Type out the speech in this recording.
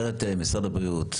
אומרת משרד הבריאות,